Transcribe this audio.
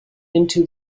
into